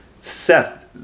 Seth